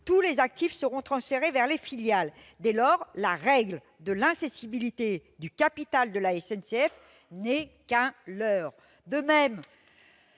tous les actifs seront transférés vers les filiales. Dès lors, la règle de l'incessibilité de son capital n'est qu'un leurre